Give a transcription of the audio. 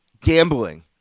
Gambling